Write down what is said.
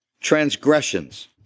transgressions